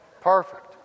perfect